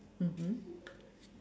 mmhmm